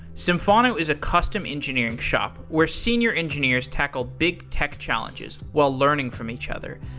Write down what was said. symphono is a custom engineering shop where senior engineers tackle big tech challenges while learning from each other.